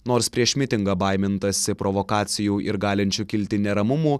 nors prieš mitingą baimintasi provokacijų ir galinčių kilti neramumų